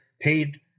paid